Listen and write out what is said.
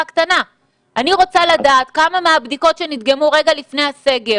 אני רוצה לדעת כמה מהבדיקות שנדגמו רגע לפני הסגר